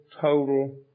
total